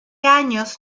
años